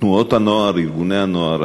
תנועות הנוער, ארגוני הנוער.